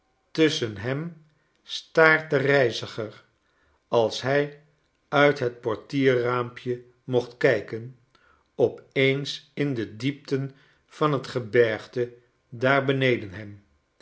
tusschen hem staart de reiziger als hij uit hetportierraampje mocht kijken op eens in de diepten van t gebergte daar beneden hem